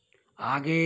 आगे